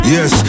Yes